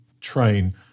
train